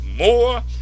more